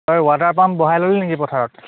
হয় water pump বহাই ল'লি নেকি পথাৰত